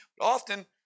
Often